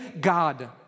God